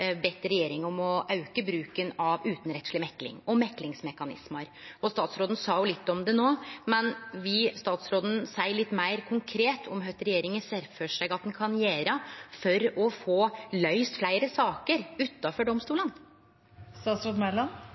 bedt regjeringa om å auke bruken av utanrettsleg mekling og meklingsmekanismar, og statsråden sa litt om det no. Men vil statsråden seie litt meir konkret om kva regjeringa ser for seg at ein kan gjere for å få løyst fleire saker utanfor